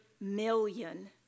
million